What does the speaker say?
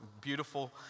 beautiful